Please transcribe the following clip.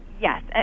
Yes